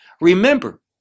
Remember